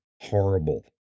horrible